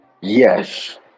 Yes